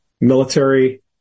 Military